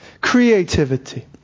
Creativity